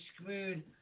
screwed